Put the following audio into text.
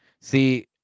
See